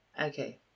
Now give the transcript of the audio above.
Okay